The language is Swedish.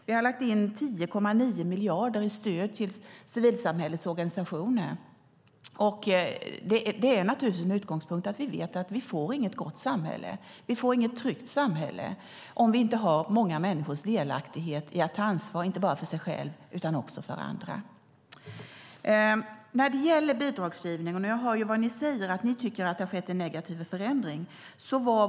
Vi har lagt in 10,9 miljarder i stöd till civilsamhällets organisationer, och utgångspunkten är naturligtvis att vi vet att vi inte får ett gott och tryggt samhälle om vi inte har många människors delaktighet i att ta ansvar, inte bara för sig själva utan också för andra. När det gäller bidragsgivning hör jag att ni tycker att det har skett en negativ förändring.